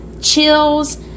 chills